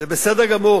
זה בסדר גמור,